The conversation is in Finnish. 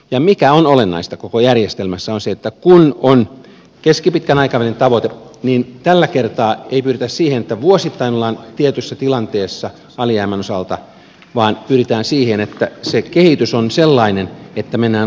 ja olennaista koko järjestelmässä on se että kun on keskipitkän aikavälin tavoite niin tällä kertaa ei pyritä siihen että vuosittain ollaan tietyssä tilanteessa alijäämän osalta vaan pyritään siihen että se kehitys on sellainen että mennään oikeaan suuntaan